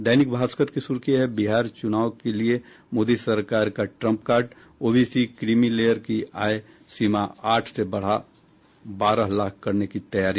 दैनिक भास्कर की सुर्खी है बिहार चुनाव के लिए मोदी सरकार का trump card OBC creamy layer की आय सीमा आठ से बढा बारह लाख करने की तैयारी